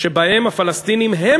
שבהן הפלסטינים הם